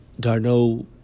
Darno